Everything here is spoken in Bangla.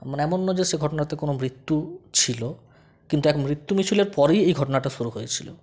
মানে এমন না যে সে ঘটনাতে কোনো মৃত্যু ছিল কিন্তু এক মৃত্যু মিছিলের পরেই এই ঘটনাটা শুরু হয়েছিলো